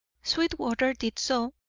sweetwater did so,